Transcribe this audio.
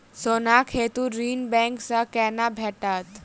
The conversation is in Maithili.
सोनाक हेतु ऋण बैंक सँ केना भेटत?